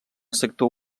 sector